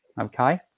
Okay